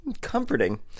comforting